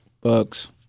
Bucks